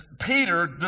Peter